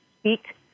speak